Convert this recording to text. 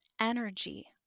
energy